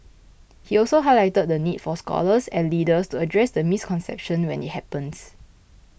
he also highlighted the need for scholars and leaders to address the misconceptions when it happens